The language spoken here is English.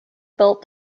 built